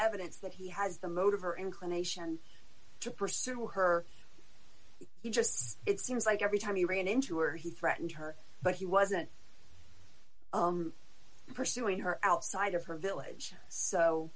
evidence that he has the motive or inclination to pursue her he just it seems like every time he ran into her he threatened her but he wasn't pursuing her outside of her village so